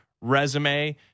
resume